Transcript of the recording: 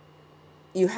you have